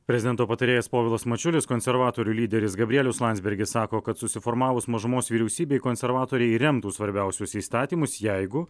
prezidento patarėjas povilas mačiulis konservatorių lyderis gabrielius landsbergis sako kad susiformavus mažumos vyriausybei konservatoriai remtų svarbiausius įstatymus jeigu